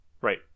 Right